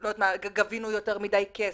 גבינו יותר מדי כסף,